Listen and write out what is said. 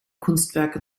kunstwerke